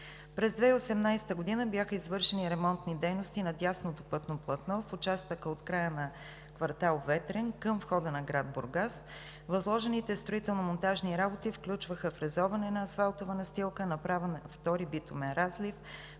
През 2018 г. бяха извършени ремонтни дейности на дясното пътно платно в участъка от края на квартал „Ветрен“ към входа на град Бургас. Възложените строително-монтажни работи включваха фрезоване на асфалтова настилка, направа на втори битумен разлив,